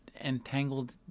entangled